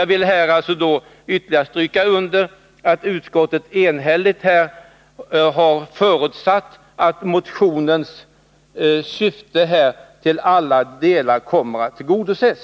Jag vill emellertid ytterligare stryka under att utskottet enhälligt har förutsatt att motionens syfte till alla delar kommer att tillgodoses.